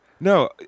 No